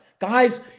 guys